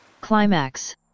Climax